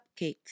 cupcakes